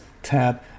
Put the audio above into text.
Tab